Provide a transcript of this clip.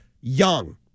Young